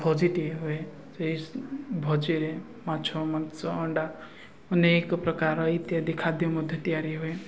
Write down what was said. ଭୋଜିଟିଏ ହୁଏ ସେହି ଭୋଜିରେ ମାଛ ମାଂସ ଅଣ୍ଡା ଅନେକ ପ୍ରକାର ଇତ୍ୟାଦି ଖାଦ୍ୟ ମଧ୍ୟ ତିଆରି ହୁଏ